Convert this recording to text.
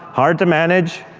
hard to manage,